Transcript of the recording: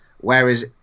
whereas